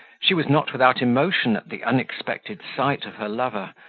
she was not without emotion at the unexpected sight of her lover,